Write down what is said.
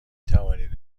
توانید